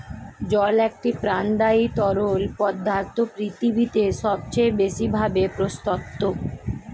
জল একটি প্রাণদায়ী তরল পদার্থ পৃথিবীতে সবচেয়ে বেশি ভাবে প্রস্তুত